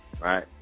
right